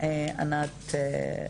ענת,